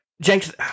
Jenks